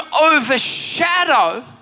overshadow